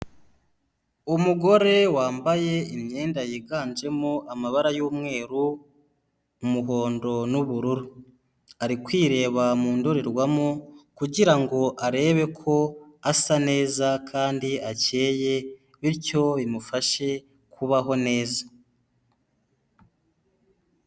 Umugore wambaye imyenda yiganjemo amabara y'umweru, umuhondo, n'ubururu ari kwireba mu ndorerwamo kugira ngo arebe ko asa neza kandi acyeye, bityo bimufashe kubaho neza.